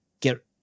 Get